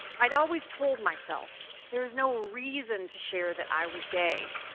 i'd always told myself there's no reason to share that i was gay,